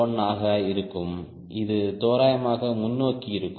1 ஆக இருக்கும் இது நேராக முன்னோக்கி இருக்கும்